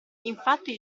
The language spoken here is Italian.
infatti